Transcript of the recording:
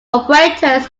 operators